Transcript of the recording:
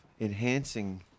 enhancing